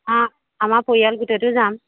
আ আমাৰ পৰিয়াল গোটেইটো যাম